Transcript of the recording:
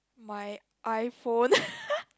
my iPhone